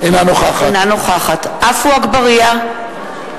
אינה נוכחת עפו אגבאריה,